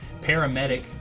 paramedic